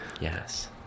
Yes